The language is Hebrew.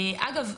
אגב,